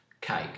Cake